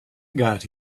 got